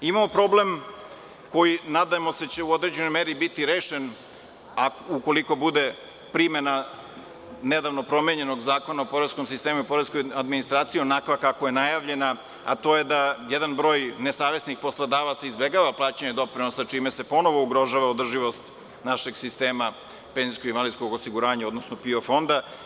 Imamo problem za koji se nadamo da će u određenoj meri biti rešen, a ukoliko bude primenjen nedavno promenjen Zakon o poreskom sistemu i poreskoj administraciji onako kako je najavljeno, a to je da jedan broj nesavesnih poslodavaca izbegava plaćanje doprinosa, čime se ponovo ugrožava održivost našeg sistema PIO, odnosno PIO fonda.